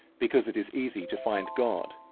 because it is easy to find god,